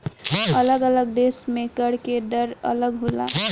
अलग अलग देश में कर के दर अलग होला